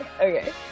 Okay